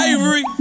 Ivory